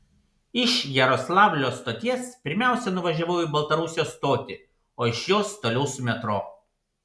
iš jaroslavlio stoties pirmiausia nuvažiavau į baltarusijos stotį o iš jos toliau su metro